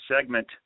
segment